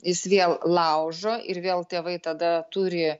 jis vėl laužo ir vėl tėvai tada turi